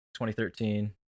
2013